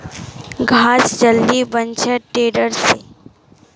घास जल्दी बन छे टेडर से